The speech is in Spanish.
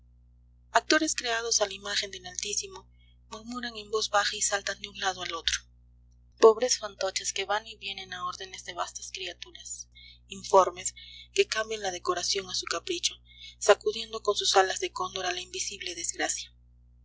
actores creados a la imagen del altísimo murmuran en voz baja y saltan de un lado al otro pobres fantoches que van y vienen a órdenes de vastas creaturas informes que cambian la decoración a su capricho sacudiendo con sus alas de cóndor a la invisible desgracia